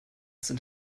sind